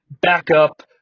backup